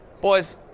Boys